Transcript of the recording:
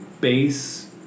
base